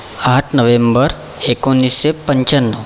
आठ नोव्हेंबर एकोणीसशे पंच्याण्णव